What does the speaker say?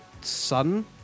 son